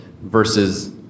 versus